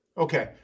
Okay